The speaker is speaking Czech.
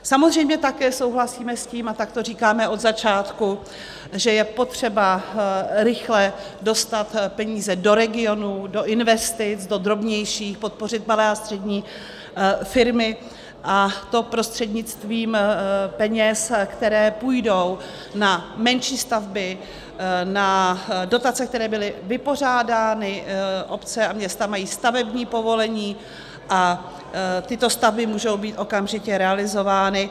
Samozřejmě také souhlasíme s tím, a tak to říkáme od začátku, že je potřeba rychle dostat peníze do regionů, do investic, do drobnějších, podpořit malé a střední firmy, a to prostřednictvím peněz, které půjdou na menší stavby, na dotace, které byly vypořádány, obce a města mají stavební povolení a tyto stavby mohou být okamžitě realizovány.